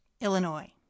Illinois